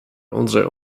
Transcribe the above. unsere